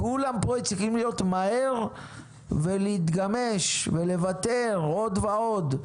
כולם פה צריכים להיות מהר ולהתגמש ולוותר עוד ועוד.